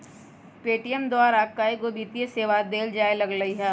Paytm द्वारा कएगो वित्तीय सेवा देल जाय लगलई ह